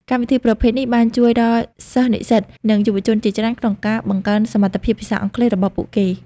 កម្មវិធីប្រភេទនេះបានជួយដល់សិស្សនិស្សិតនិងយុវជនជាច្រើនក្នុងការបង្កើនសមត្ថភាពភាសាអង់គ្លេសរបស់ពួកគេ។